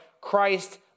Christ